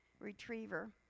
retriever